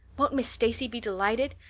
won't miss stacy be delighted?